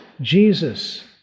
Jesus